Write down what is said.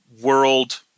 world